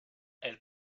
elle